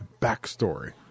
backstory